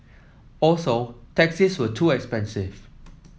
also taxis were too expensive